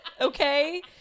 okay